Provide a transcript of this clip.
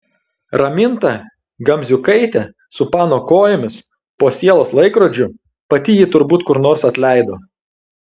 raminta gamziukaitė su pano kojomis po sielos laikrodžiu pati jį turbūt kur nors atleido